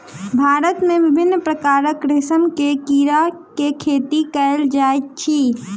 भारत मे विभिन्न प्रकारक रेशम के कीड़ा के खेती कयल जाइत अछि